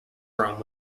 rome